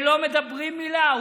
לא אומרים מילה.